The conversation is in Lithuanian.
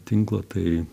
tinklo tai